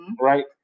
right